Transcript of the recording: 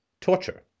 torture